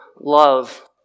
love